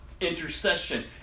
Intercession